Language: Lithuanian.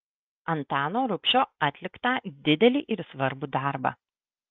antano rubšio atliktą didelį ir svarbų darbą